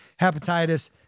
hepatitis